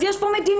אז יש פה מדיניות.